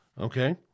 Okay